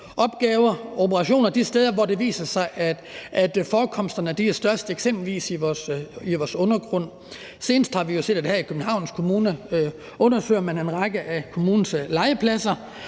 og -operationer de steder, hvor det viser sig, at forekomsterne er størst, eksempelvis i vores undergrund. Senest har vi jo set, at her i Københavns Kommune undersøger man en række af kommunens legepladser.